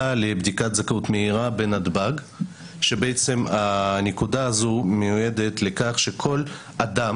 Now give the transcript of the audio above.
לבדיקת זכאות מהירה בנתב"ג שהנקודה הזו מיועדת לכך שכל אדם